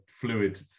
fluid